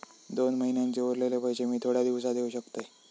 दोन महिन्यांचे उरलेले पैशे मी थोड्या दिवसा देव शकतय?